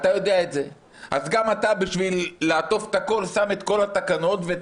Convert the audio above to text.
אז גם אתה בשביל לעטוף הכול שם את כל התקנות ואת